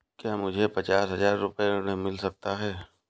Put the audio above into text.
क्या मुझे पचास हजार रूपए ऋण मिल सकता है?